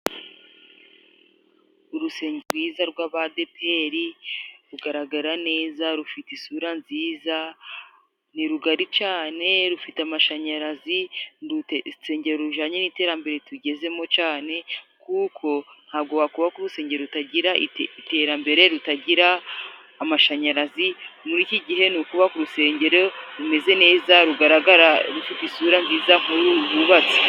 Urusengero rwiza rw'abadeperi rugaragara neza, rufite isura nziza, ni rugari cane, rufite amashanyarazi. Urusengero rujanye n'iterambere tugezemo cane, kuko ntago wakubaka urusengero rutagira iterambere ritagira amashanyarazi. Muri iki gihe ni ukubaka urusengero rumeze neza, rugaragara, rufite isura nziza nk'uko uru rwubatse.